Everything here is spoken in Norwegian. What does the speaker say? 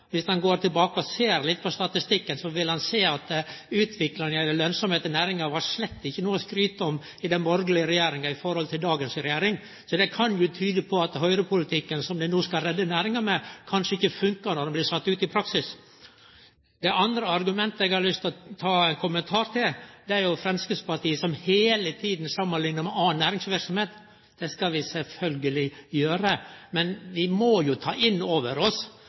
ein går tilbake og ser litt på statistikken, vil ein sjå at utviklinga når det gjeld lønnsemda i næringa, slett ikkje var noko å skryte av under den borgarlege regjeringa samanlikna med dagens regjering. Det kan tyde på at høgrepolitikken dei no skal redde næringa med, kanskje ikkje funkar når han blir sett ut i praksis. Det andre argumentet eg har ein kommentar til, er argumentet til Framstegspartiet, som heile tida samanliknar med anna næringsverksemd. Det skal vi sjølvsagt gjere, men vi må jo ta inn over oss